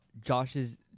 Josh's